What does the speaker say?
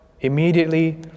Immediately